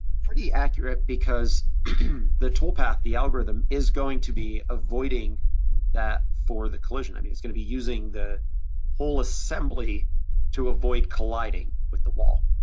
pretty accurate because the toolpath, the algorithm is going to be avoiding that for the collision. i mean, it's gonna be using the whole assembly to avoid colliding with the wall.